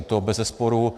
To bezesporu.